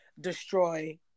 destroy